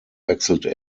wechselte